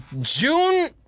June